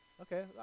okay